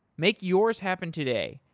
make yours happen today.